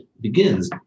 begins